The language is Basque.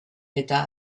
eta